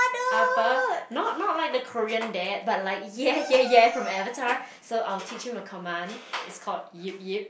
Appa not not like the Korean dad but like ya ya ya from Avatar so I will teach him a command it's called yip yip